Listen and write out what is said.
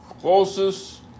closest